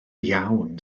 iawn